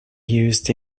used